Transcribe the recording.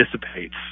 dissipates